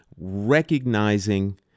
recognizing